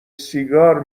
سیگار